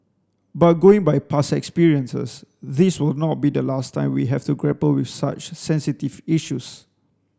but going by past experiences this will not be the last time we have to grapple with such sensitive issues